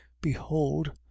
behold